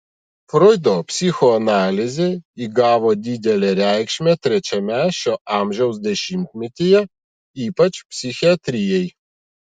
froido psichoanalizė įgavo didelę reikšmę trečiame šio amžiaus dešimtmetyje ypač psichiatrijai